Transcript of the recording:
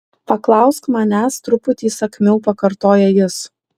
paklausk manęs truputį įsakmiau pakartoja jis